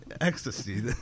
ecstasy